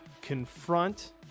confront